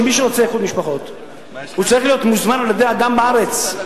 שמי שרוצה איחוד משפחות צריך להיות מוזמן על-ידי אדם בארץ,